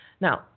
Now